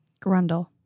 Grundle